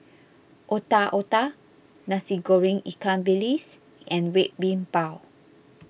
Otak Otak Nasi Goreng Ikan Bilis and Red Bean Bao